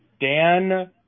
Dan